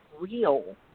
real